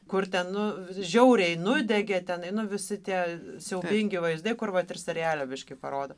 kur ten nu vi žiauriai nudegė tenai nu visi tie siaubingi vaizdai kur vat ir seriale biškį parodo